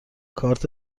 کارت